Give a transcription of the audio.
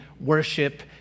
worship